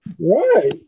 Right